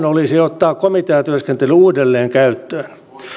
olisi ottaa komiteatyöskentely uudelleen käyttöön